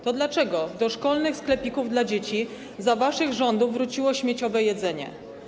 To dlaczego do szkolnych sklepików dla dzieci za waszych rządów wróciło śmieciowe jedzenie?